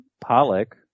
Pollock